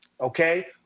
okay